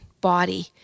body